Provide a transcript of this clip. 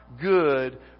good